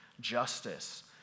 justice